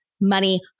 money